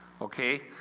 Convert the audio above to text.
Okay